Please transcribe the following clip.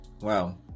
Wow